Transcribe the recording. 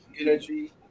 energy